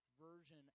version